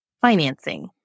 financing